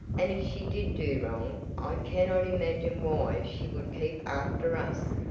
and if she did do wrong i cannot imagine why she would keep after us,